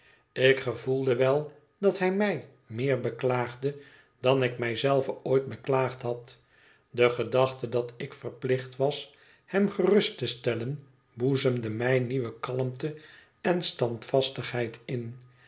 ik gevoelde wel dat hij mij meer beklaagde dan ik mij zelve ooit beklaagd had de gedachte dat ik verplicht was hem gerust te stellen boezemde mij nieuwe kalmte en standvastigheid in